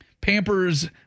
Pampers